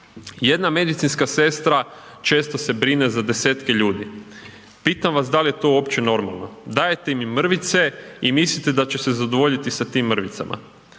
Jedna medicinska sestra često se brine za 10-tke ljudi. Pitam vas dal je to uopće normalno, dajete im mrvice i mislite da će se zadovoljiti sa tim mrvicama.